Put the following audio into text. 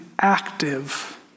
active